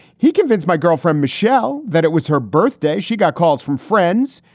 he convinced my girlfriend michelle that it was her birthday. she got calls from friends,